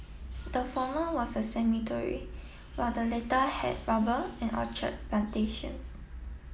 the former was a cemetery while the later had rubber and orchard plantations